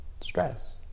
Stress